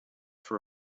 for